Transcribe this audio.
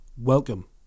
Welcome